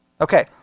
Okay